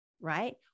right